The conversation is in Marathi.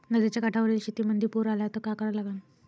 नदीच्या काठावरील शेतीमंदी पूर आला त का करा लागन?